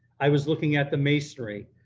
i was looking at the masonry,